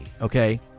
okay